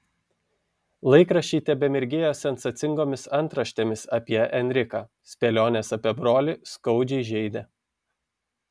laikraščiai tebemirgėjo sensacingomis antraštėmis apie enriką spėlionės apie brolį skaudžiai žeidė